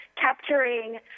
capturing